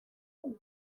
ditugu